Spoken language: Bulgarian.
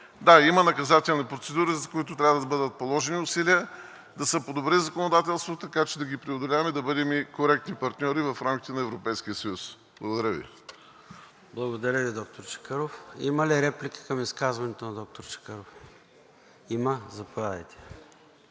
Да, има наказателни процедури, за които трябва да бъдат положени усилия да се подобри законодателството, така че да ги преодоляваме и да бъдем коректни партньори в рамките на Европейския съюз. Благодаря Ви. ПРЕДСЕДАТЕЛ ЙОРДАН ЦОНЕВ: Благодаря Ви, доктор Чакъров. Има ли реплики към изказването на доктор Чакъров? Заповядайте,